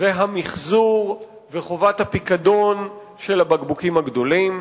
והמיחזור וחובת הפיקדון של הבקבוקים הגדולים,